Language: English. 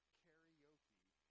karaoke